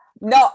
no